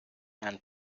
and